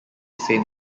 saint